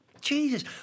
Jesus